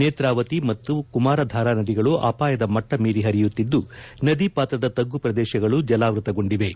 ನೇತ್ರಾವತಿ ಮತ್ತು ಕುಮಾರಾಧಾರಾ ನದಿಗಳು ಅಪಾಯದ ಮಟ್ಟ ಮೀರಿ ಪರಿಯುತ್ತಿದ್ದು ನದಿ ಪಾತ್ರದ ತಗ್ಗು ಪ್ರದೇಶಗಳು ಜಲಾವೃತಗೊಂಡಿವೆ